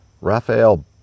Raphael